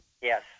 yes